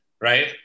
right